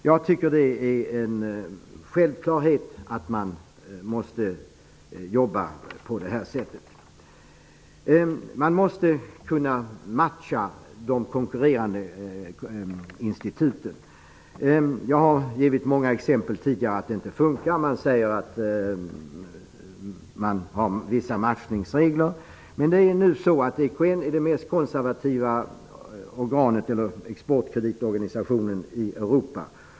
Jag tycker att det är en självklarhet att vi måste arbeta på det här sättet. Man måste kunna matcha de konkurrerande instituten. Jag har tidigare givit många exempel på när det inte fungerar. Man säger att det finns vissa matchningsregler. Men EKN är den mest koservativa exportkreditorganisationen i Europa.